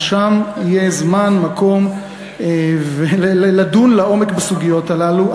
שם יהיה זמן ומקום לדון לעומק בסוגיות הללו.